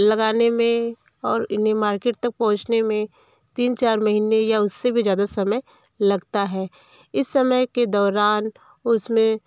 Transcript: लगाने में और इन्हें मार्केट तक पहुँचने में तीन चार महीने या उससे भी ज़्यादा समय लगता है इस समय के दौरान उसमें